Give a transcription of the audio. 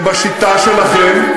ובשיטה שלכם,